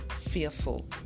fearful